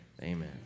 amen